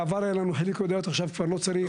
בעבר היו לנו חילוקי דעות, עכשיו כבר לא צריך.